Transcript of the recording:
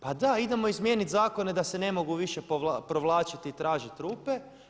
Pa da, idemo izmijeniti zakone da se ne mogu više provlačiti i tražiti rupe.